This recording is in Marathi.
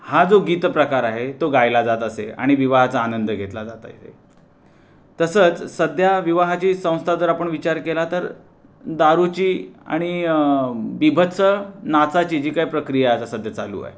हा जो गीत प्रकार आहे तो गायला जात असे आणि विवाहाचा आनंद घेतला जात आहे तसंच सध्या विवाहाची संस्था जर आपण विचार केला तर दारूची आणि बीभत्स नाचाची जी काही प्रक्रिया आता सध्या चालू आहे